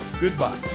goodbye